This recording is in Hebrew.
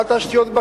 בתשתיות,